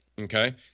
okay